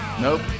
Nope